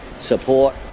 support